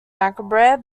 macabre